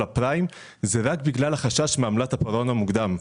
הפריים זה רק בגלל החשש מעמלת הפירעון המוקדם.